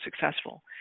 successful